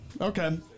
okay